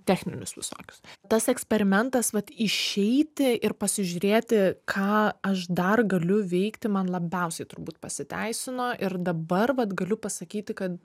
techninius visokius tas eksperimentas vat išeiti ir pasižiūrėti ką aš dar galiu veikti man labiausiai turbūt pasiteisino ir dabar vat galiu pasakyti kad